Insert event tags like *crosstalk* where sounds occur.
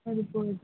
*unintelligible*